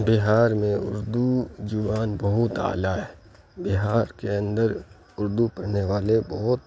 بہار میں اردو زبان بہت اعلیٰ ہے بہار کے اندر اردو پڑھنے والے بہت